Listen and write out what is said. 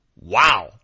wow